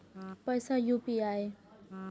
पैसा यू.पी.आई?